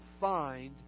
find